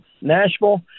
Nashville